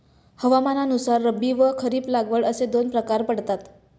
हवामानानुसार रब्बी व खरीप लागवड असे दोन प्रकार पडतात